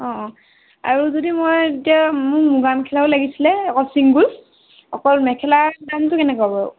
অঁ অঁ আৰু যদি মই এতিয়া মোক মুগা মেখেলাও লাগিছিলে অকল ছিংগল অকল মেখেলাৰ দামটো কেনেকুৱা বাৰু